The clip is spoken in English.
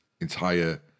entire